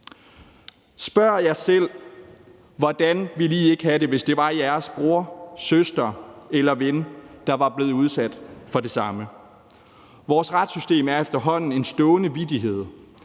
Spørg jer selv, hvordan I ville have det, hvis det var jeres bror, søster eller ven, der var blevet udsat for det samme. Vores retssystem er efterhånden en stående vittighed,